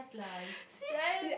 see